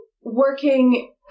working